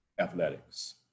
athletics